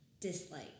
Dislike